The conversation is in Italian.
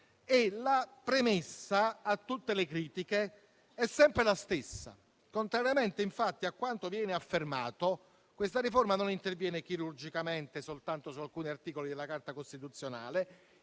La premessa a tutte le critiche è sempre la stessa. Contrariamente, infatti, a quanto viene affermato, questa riforma non interviene chirurgicamente soltanto su alcuni articoli della Carta costituzionale.